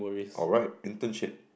alright internship